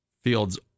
fields